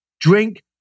drink